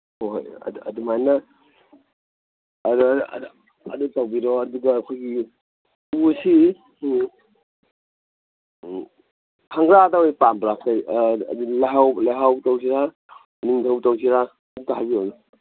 ꯍꯣꯏ ꯍꯣꯏ ꯑꯗꯨꯃꯥꯏꯅ ꯑꯗꯨ ꯇꯧꯕꯤꯔꯣ ꯑꯗꯨꯒ ꯑꯩꯈꯣꯏꯒꯤ ꯎꯁꯤ ꯈꯪꯒ꯭ꯔꯥꯗ ꯑꯣꯏ ꯄꯥꯝꯕ꯭ꯔꯥ ꯀꯔꯤ ꯑꯗꯨꯗꯤ ꯂꯩꯍꯥꯎ ꯇꯧꯁꯤꯔꯥ ꯎꯅꯤꯡꯊꯧ ꯇꯧꯁꯤꯔꯥ ꯑꯝꯇ ꯍꯥꯏꯕꯤꯔꯛꯎꯅꯦ